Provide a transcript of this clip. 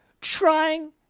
trying